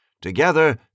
Together